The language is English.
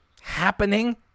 happening